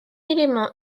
élément